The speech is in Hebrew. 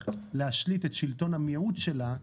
להשליט גם בהמשך את שלטון המיעוט שלה,